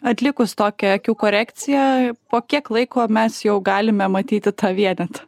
atlikus tokią akių korekciją po kiek laiko mes jau galime matyti tą vienetą